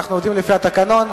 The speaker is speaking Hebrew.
אנחנו עובדים לפי התקנון.